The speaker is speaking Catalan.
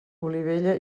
olivella